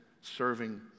serving